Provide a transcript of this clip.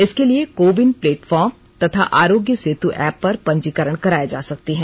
इसके लिए CoWIN platform तथा आरोग्य सेतु एप पर पंजीकरण कराये जा सकते हैं